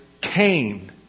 Cain